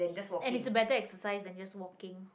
and it's a better exercise than just walking